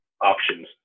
options